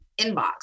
inbox